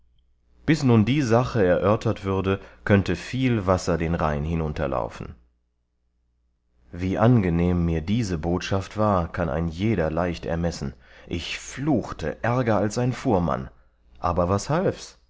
bis nun die sache erörtert würde könnte viel wasser den rhein hinunterlaufen wie angenehm mir diese bottschaft war kann ein jeder leicht ermessen ich fluchte ärger als ein fuhrmann aber was halfs